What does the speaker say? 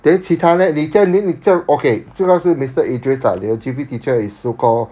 then 其他 leh 你这样 then 你这样 okay 这段是 mister idris lah your G_P teacher is so call